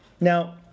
now